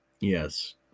Yes